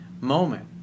moment